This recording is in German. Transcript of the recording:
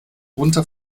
runter